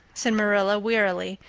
said marilla wearily,